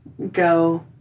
go